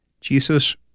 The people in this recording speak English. Jesus